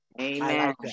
Amen